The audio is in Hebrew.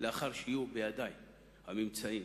לאחר שיהיו בידי הממצאים,